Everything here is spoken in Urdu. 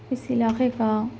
اس علاقے کا